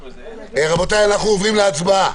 רבותיי, אנחנו עוברים להצבעה.